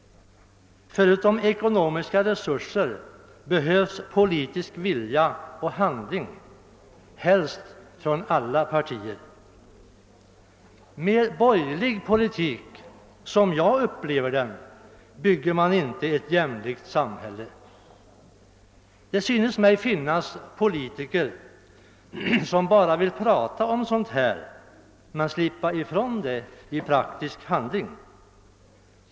Förutom ekonomiska resurser behövs politisk vilja och handling, helst från alla partier. Man bygger inte upp ett jämlikhetssamhälle med borgerlig politik såsom jag upplever denna. Det synes mig finnas politiker, som bara vill tala om sådan jämlikhet men som vill slippa ifrån det hela i praktisk handling.